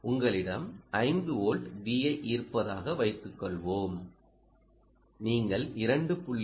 உங்களிடம் 5 volt Vi இருப்பதாக வைத்துக்கொள்வோம் நீங்கள் 2